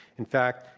in fact,